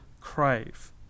crave